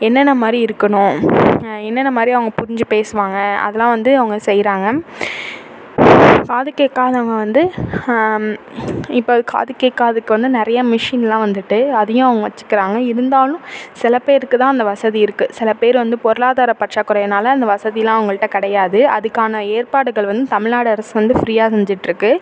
என்னென்ன மாதிரி இருக்கணும் என்னென்ன மாதிரி அவங்க புரிஞ்சு பேசுவாங்க அதெல்லாம் வந்து அவங்க செய்கிறாங்க காது கேட்காதவங்க வந்து இப்போ காது கேட்காததுக்கு வந்து நிறைய மெஷினுலாம் வந்துவிட்டு அதையும் அவங்க வெச்சிக்கிறாங்க இருந்தாலும் சில பேருக்கு தான் அந்த வசதி இருக்குது சில பேர் வந்து பொருளாதார பற்றாக்குறையினால் அந்த வசதிலாம் அவங்கள்ட்ட கிடையாது அதுக்கான ஏற்பாடுகள் வந்து தமிழ்நாடு அரசு வந்து ஃப்ரீயாக செஞ்சுட்டுருக்கு